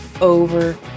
over